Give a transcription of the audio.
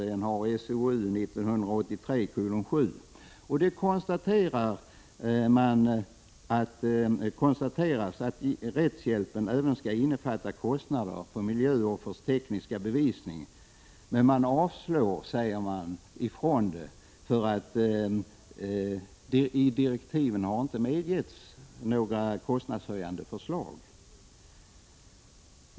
Där konstateras att rättshjälpen även skall innefatta kostnader för miljöoffrens tekniska bevisföring. Men man avstår från att föreslå detta, då det i direktiven inte har medgetts några kostnadshöjande förslag.